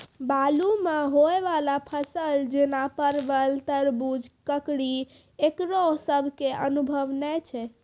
बालू मे होय वाला फसल जैना परबल, तरबूज, ककड़ी ईकरो सब के अनुभव नेय छै?